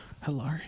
Hello